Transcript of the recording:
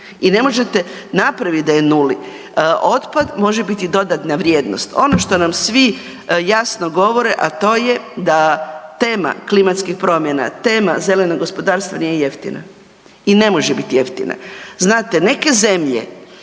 i ne možete napravit da je nula. Otpad može biti dodatna vrijednost, ono što nam svi jasno govore, a to je da tema klimatskih promjena, tema zeleno gospodarstvo nije jeftina i ne može biti jeftina. Znate neke zemlje